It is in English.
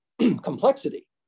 complexity